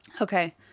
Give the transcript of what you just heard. Okay